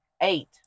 eight